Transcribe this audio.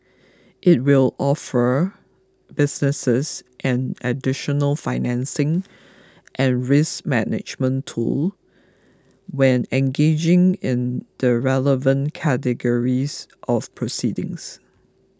it will offer businesses an additional financing and risk management tool when engaged in the relevant categories of proceedings